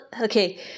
okay